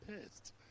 pissed